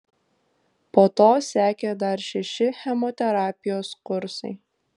po to sekė dar šeši chemoterapijos kursai